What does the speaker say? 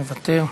מוסרית,